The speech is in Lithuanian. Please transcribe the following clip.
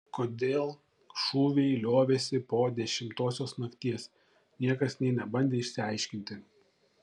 kodėl šūviai liovėsi po dešimtosios nakties niekas nė nebandė išsiaiškinti